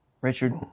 Richard